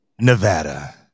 Nevada